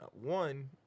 One